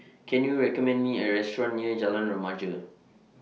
Can YOU recommend Me A Restaurant near Jalan Remaja